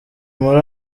muri